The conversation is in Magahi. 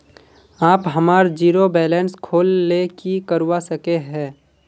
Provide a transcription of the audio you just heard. आप हमार जीरो बैलेंस खोल ले की करवा सके है?